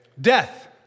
Death